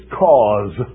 cause